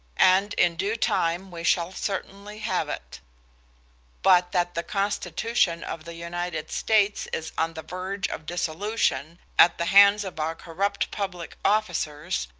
and in due time we shall certainly have it but that the constitution of the united states is on the verge of dissolution at the hands of our corrupt public officers,